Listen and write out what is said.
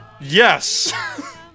Yes